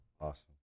Awesome